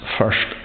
first